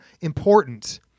important